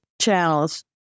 channels